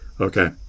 okay